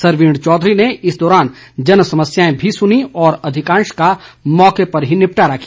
सरवीण चौधरी ने इस दौरान जनसमस्याएं भी सुनीं और अधिकांश का मौके पर ही निपटारा किया